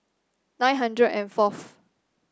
nine hundred and fourth